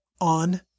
on